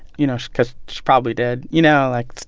you know, because she probably did, you know, like,